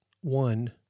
One